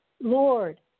Lord